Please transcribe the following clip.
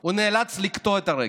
הוא נאלץ לקטוע את הרגל.